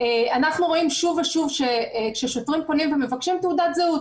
אנחנו רואים שוב ושוב שכששוטרים פונים ומבקשים תעודת זהות,